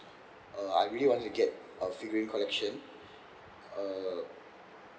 uh I really wanted to get a figurine collection uh